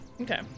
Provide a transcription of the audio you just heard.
Okay